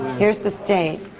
here's the state.